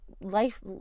life